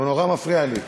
זה נורא מפריע לי.